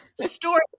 story